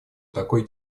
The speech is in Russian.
такой